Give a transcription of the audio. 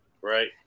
Right